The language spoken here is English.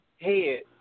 head